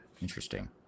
Interesting